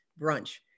brunch